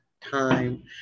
time